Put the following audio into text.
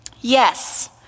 Yes